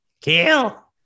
Kill